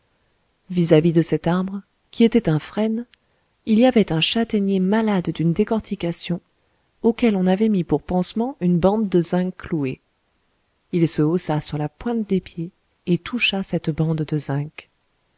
vis-à-vis de cet arbre qui était un frêne il y avait un châtaignier malade d'une décortication auquel on avait mis pour pansement une bande de zinc clouée il se haussa sur la pointe des pieds et toucha cette bande de zinc